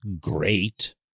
great